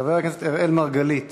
חבר הכנסת אראל מרגלית,